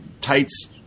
tights